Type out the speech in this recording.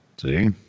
See